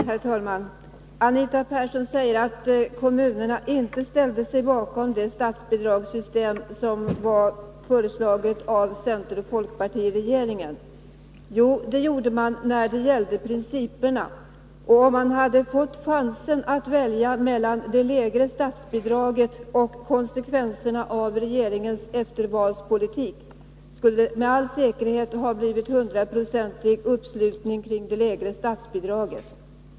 Herr talman! Anita Persson säger att kommunerna inte ställer sig bakom det statsbidragssystem som fördes fram av centeroch folkpartiregeringen. Jo, det gjorde man när det gäller principerna. Om man hade fått chansen att välja mellan det lägre statsbidraget och konsekvenserna av regeringens eftervalspolitik skulle med all säkerhet resultatet ha blivit hundraprocentig uppslutning kring det lägre statsbidraget.